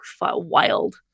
Wild